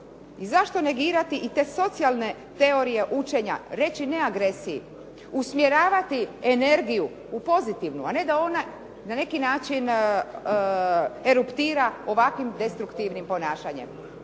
i zašto negirati i te socijalne teorije učenja, reći ne agresiji, usmjeravati energiju u pozitivnu, a ne da ona na neki način eruptira ovakvim destruktivnim ponašanjem.